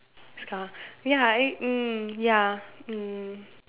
Scar ya I um ya mm